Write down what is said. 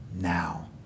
now